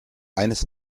eines